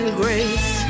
grace